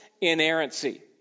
inerrancy